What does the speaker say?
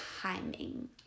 timing